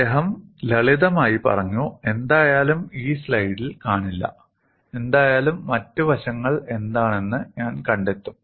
അദ്ദേഹം ലളിതമായി പറഞ്ഞു എന്തായാലും ഈ സ്ലൈഡിൽ കാണില്ല എന്തായാലും മറ്റ് വശങ്ങൾ എന്താണെന്ന് ഞാൻ കണ്ടെത്തും